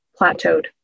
plateaued